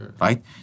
right